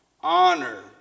honor